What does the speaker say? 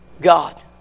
God